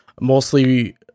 mostly